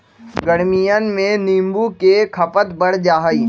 गर्मियन में नींबू के खपत बढ़ जाहई